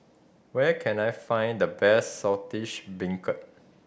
where can I find the best Saltish Beancurd